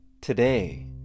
today